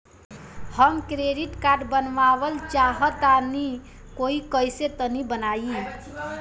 हम credit card बनवावल चाह तनि कइसे होई तनि बताई?